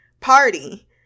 party